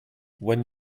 when